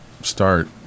start